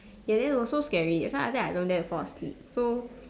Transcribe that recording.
ya then was so scary that's why I think I don't dare to fall asleep so